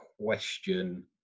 question